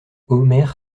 omer